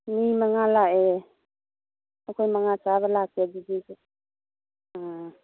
ꯃꯤ ꯃꯉꯥ ꯂꯥꯛꯑꯦ ꯑꯩꯈꯣꯏ ꯃꯉꯥ ꯆꯥꯕ ꯂꯥꯛꯀꯦ ꯑꯗꯨꯗꯤ ꯏꯆꯦ ꯑꯥ